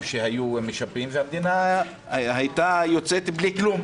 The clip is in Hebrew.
שהיו משפים והמדינה הייתה יוצאת בלי כלום.